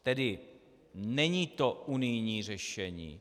Tedy není to unijní řešení.